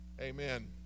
Amen